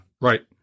right